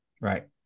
Right